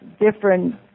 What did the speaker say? different